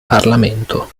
parlamento